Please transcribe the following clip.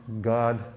god